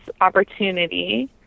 opportunity